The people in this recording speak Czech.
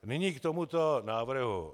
Nyní k tomuto návrhu.